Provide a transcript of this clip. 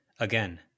Again